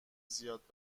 زیاد